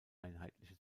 einheitliche